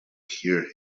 hear